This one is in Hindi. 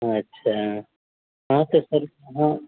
अच्छा हाँ तो सर कहाँ